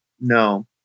No